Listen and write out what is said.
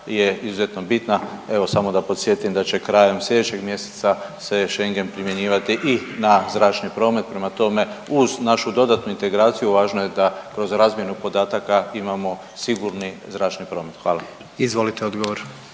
je izuzetno bitna. Evo samo da podsjetim da će krajem slijedećeg mjeseca se Schengen primjenjivati i na zračni promet. Prema tome uz našu dodatnu integraciju važno je da kroz razmjenu podataka imamo sigurni zračni promet. Hvala. **Jandroković,